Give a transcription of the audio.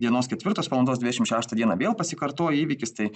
dienos ketvirtos valandos dvidešimt šeštą dieną vėl pasikartoja įvykis tai